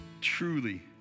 truly